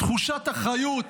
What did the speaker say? תחושת אחריות,